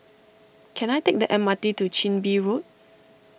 can I take the M R T to Chin Bee Road